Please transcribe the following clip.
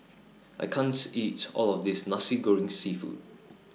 I can't eat All of This Nasi Goreng Seafood